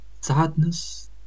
sadness